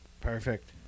Perfect